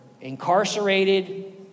incarcerated